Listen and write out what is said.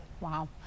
Wow